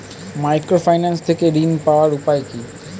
Microfinance থেকে ঋণ পাওয়ার উপায় কি?